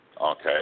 Okay